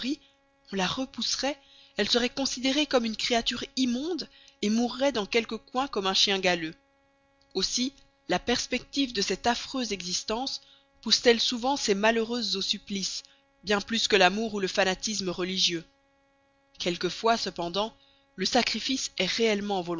on la repousserait elle serait considérée comme une créature immonde et mourrait dans quelque coin comme un chien galeux aussi la perspective de cette affreuse existence pousse t elle souvent ces malheureuses au supplice bien plus que l'amour ou le fanatisme religieux quelquefois cependant le sacrifice est réellement